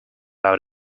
out